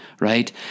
right